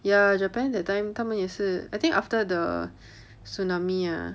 ya japan that time 他们也是 I think after the tsunami ah